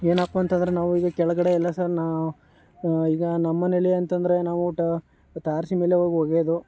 ಏನಪ್ಪಾ ಅಂತಂದ್ರೆ ನಾವು ಈಗ ಕೆಳಗಡೆ ಎಲ್ಲ ಸಣ್ಣ ಈಗ ನಮ್ಮ ಮನೆಯಲ್ಲಿ ಅಂತಂದರೆ ನಾವು ಟ ತಾರಸಿ ಮೇಲೆ ಹೋಗ್ ಒಗೆಯೋದು